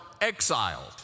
exiled